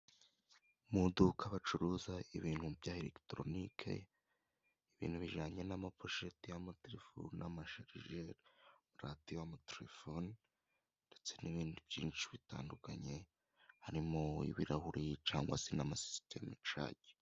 Mu iduka bacuruza ibintu bya elegitoronike. Ibintu bijyanye n'amaposheti y'amatelefone n'amasharijeri, radiyo, amatelefoni ndetse n'ibindi byinshi bitandukanye harimo ibirahuri cyangwa se n'amasisiteme cagi.